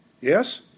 Yes